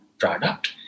Product